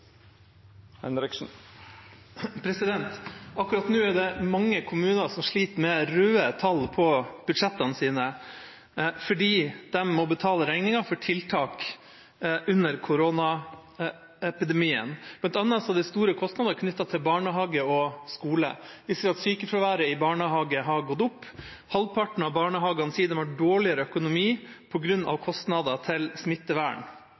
Akkurat nå er det mange kommuner som sliter med røde tall i budsjettene sine fordi de må betale regningen for tiltak under koronaepidemien. Blant annet er det store kostnader knyttet til barnehage og skole. Vi ser at sykefraværet i barnehager har gått opp. Halvparten av barnehagene sier de har dårligere økonomi på grunn av kostnader til smittevern.